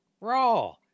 Raw